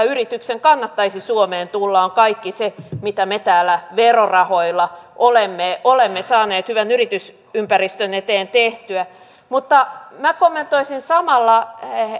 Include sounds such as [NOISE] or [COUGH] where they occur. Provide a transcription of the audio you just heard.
[UNINTELLIGIBLE] yrityksen kannattaisi suomeen tulla on kaikki se mitä me täällä verorahoilla olemme olemme saaneet hyvän yritysympäristön eteen tehtyä mutta minä kommentoisin samalla